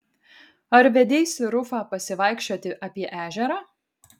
ar vedeisi rufą pasivaikščioti apie ežerą